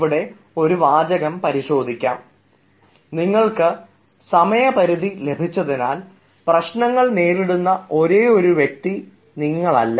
ഇവിടെ ഒരു വാചകം പരിശോധിക്കാം നിങ്ങൾക്ക് സമയപരിധി ലഭിച്ചതിനാൽ പ്രശ്നങ്ങൾ നേരിടുന്ന ഒരേയൊരു വ്യക്തി നിങ്ങളല്ല